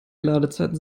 ladezeiten